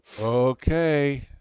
Okay